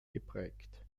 geprägt